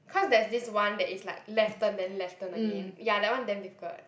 cause there's this one that is like left turn then left turn again ya that one damn difficult